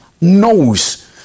knows